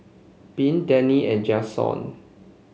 Bea Dani and Jaxon